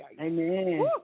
Amen